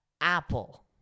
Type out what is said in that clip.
Apple